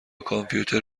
کامپیوتر